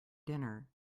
dinner